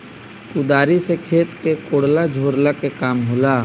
कुदारी से खेत के कोड़ला झोरला के काम होला